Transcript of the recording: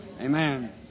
Amen